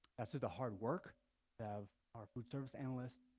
so the hard work of our food service analyst